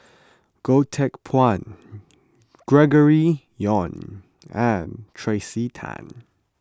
Goh Teck Phuan Gregory Yong and Tracey Tan